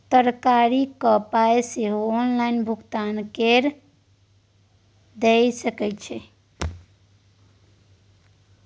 तरकारीक पाय सेहो ऑनलाइन भुगतान कए कय दए सकैत छी